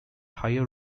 higher